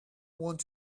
want